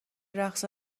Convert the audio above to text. رقص